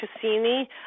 Cassini